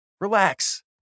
Relax